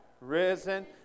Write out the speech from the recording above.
risen